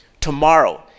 tomorrow